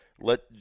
let